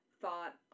thought